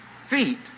feet